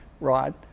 right